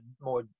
more